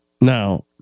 Now